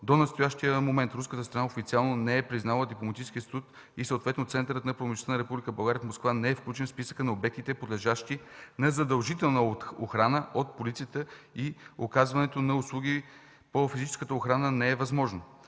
До настоящия момент руската страна официално не е признала дипломатическия статут и съответно Центърът на промишлеността на Република България не е включен в списъка на обектите, подлежащи на задължителна охрана от полицията и оказването на услуги по физическата охрана не е възможно.